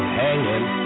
hanging